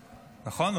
נכון?